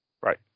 right